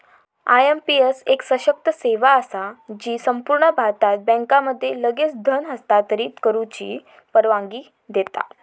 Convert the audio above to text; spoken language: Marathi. आय.एम.पी.एस एक सशक्त सेवा असा जी संपूर्ण भारतात बँकांमध्ये लगेच धन हस्तांतरित करुची परवानगी देता